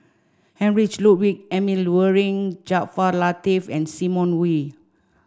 Heinrich Ludwig Emil Luering Jaafar Latiff and Simon Wee